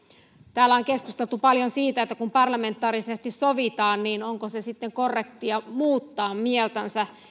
täällä on keskusteltu paljon siitä että kun parlamentaarisesti sovitaan niin onko sitten korrektia muuttaa mieltänsä